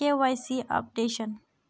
KYC updation?